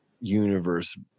universe